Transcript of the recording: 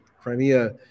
Crimea